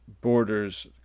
borders